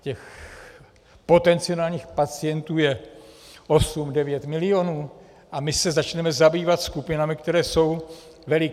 Těch potenciálních pacientů je osm, devět milionů a my se začneme zabývat skupinami, které jsou veliké.